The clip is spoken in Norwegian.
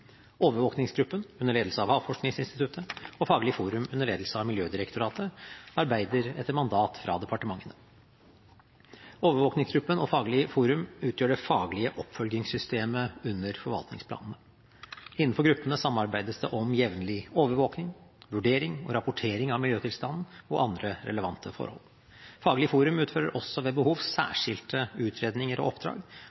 under ledelse av Havforskningsinstituttet og Faglig forum under ledelse av Miljødirektoratet arbeider etter mandat fra departementene. Overvåkingsgruppen og Faglig forum utgjør det faglige oppfølgingssystemet under forvaltningsplanene. Innenfor gruppene samarbeides det om jevnlig overvåking, vurdering og rapportering av miljøtilstanden og andre relevante forhold. Faglig forum utfører også ved behov